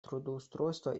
трудоустройства